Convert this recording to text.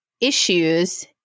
issues